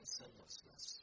sinlessness